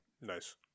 Nice